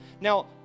now